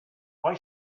why